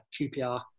QPR